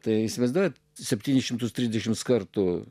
tai įsivaizduoti septynis šimtus trisdešimt kartų